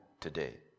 today